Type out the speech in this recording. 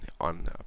on